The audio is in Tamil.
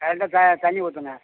கரெக்டாக த தண்ணி ஊற்றுங்க